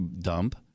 dump